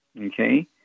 okay